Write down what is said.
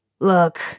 Look